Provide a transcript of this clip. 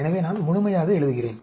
எனவே நான் முழுமையாக எழுதுகிறேன்